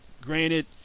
Granted